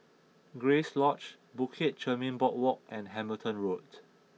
Grace Lodge Bukit Chermin Boardwalk and Hamilton Road